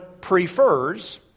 prefers